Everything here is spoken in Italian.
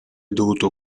dovuto